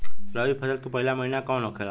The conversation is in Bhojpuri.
रबी फसल के पहिला महिना कौन होखे ला?